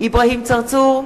אברהים צרצור,